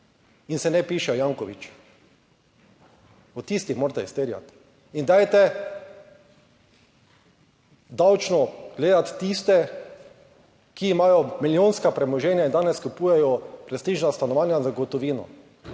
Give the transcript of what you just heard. in se ne pišejo Janković, od tistih morate izterjati. In dajte davčno gledati tiste, ki imajo milijonska premoženja in danes kupujejo prestižna stanovanja z gotovino.